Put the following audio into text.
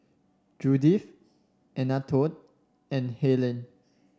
Judith Anatole and Helaine